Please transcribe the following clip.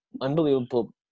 unbelievable